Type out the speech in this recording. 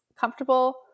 comfortable